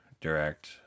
direct